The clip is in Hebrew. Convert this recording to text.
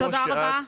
ברשותך,